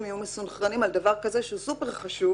יהיו מסונכרנים על דבר כזה שהוא סופר חשוב,